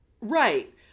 Right